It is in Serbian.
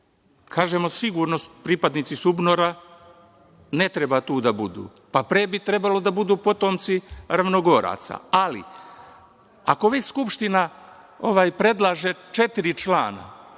kažemo – sigurno pripadnici SUBNOR-a ne treba tu da budu. Pre bi trebalo da budu potomci Ravnogoraca. Ali, ako već Skupština predlaže četiri člana,